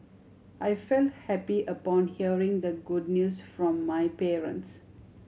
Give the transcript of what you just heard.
I feel happy upon hearing the good news from my parents